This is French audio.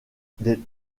des